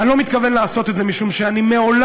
ואני לא מתכוון לעשות את זה, משום שאני מעולם,